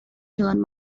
turn